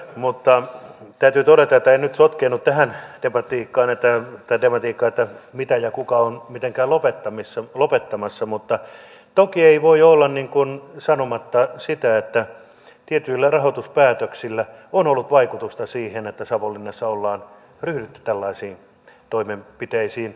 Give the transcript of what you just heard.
mutta täytyy todeta että en nyt sotkeennu tähän tematiikkaan että mitä ja kuka on mitenkään lopettamassa mutta toki ei voi olla sanomatta sitä että tietyillä rahoituspäätöksillä on ollut vaikutusta siihen että savonlinnassa on ryhdytty tällaisiin toimenpiteisiin